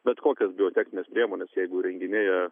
bet kokias biotechnines priemones jeigu įrenginėja